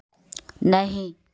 नहीं